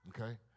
okay